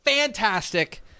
Fantastic